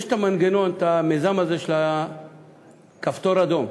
יש מיזם של "כפתור אדום".